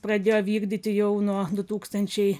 pradėjo vykdyti jau nuo du tūkstančiai